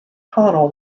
connell